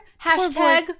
Hashtag